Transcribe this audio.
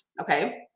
Okay